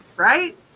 right